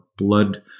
Blood